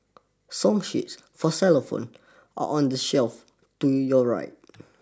song sheets for xylophone are on the shelf to your right